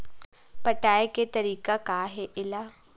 पटाय के तरीका का हे एला?